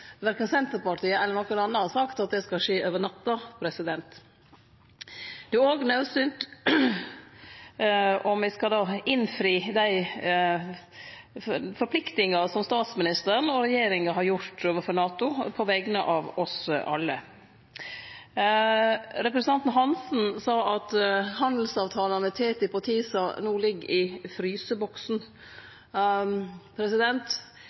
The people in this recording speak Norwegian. Verken Senterpartiet eller nokon andre har sagt at det skal skje over natta. Det er naudsynt om me skal innfri dei forpliktingane som statsministeren og regjeringa har gjort overfor NATO på vegner av oss alle. Representanten Hansen sa at handelsavtalane TTIP og TiSA no ligg i fryseboksen.